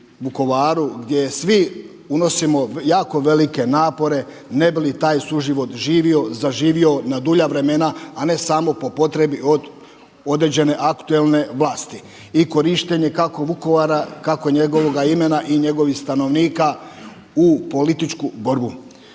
Vukovaru gdje svi unosimo jako velike napore ne bi li taj suživot živio, zaživio na dulja vremena a ne samo po potrebi od određene aktualne vlasti i korištenje kako Vukovara, kako njegovoga imena i njegovih stanovnika u političku borbu.